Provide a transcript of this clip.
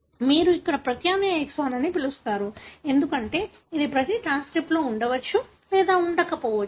మీరు ఇక్కడ ప్రత్యామ్నాయ ఎక్సాన్ అని పిలుస్తారు ఎందుకంటే ఇది ప్రతి ట్రాన్స్క్రిప్ట్ లో ఉండవచ్చు లేదా ఉండకపోవచ్చు